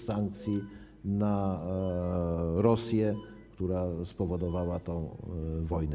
sankcji na Rosję, która spowodowała tę wojnę?